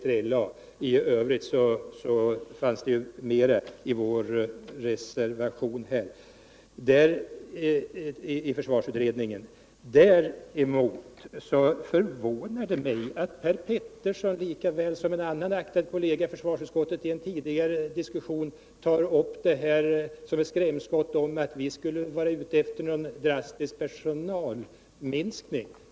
Om den och övriga utvecklingsfrågor handlar också en av våra reservationer. Det förvånar mig att Per Petersson, lika väl som en annan aktad kollega i försvarsutskottet i en tidigare debatt, för fram som ett skrämskott att vi skulle vara ute efter en drastisk personalminskning.